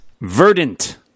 Verdant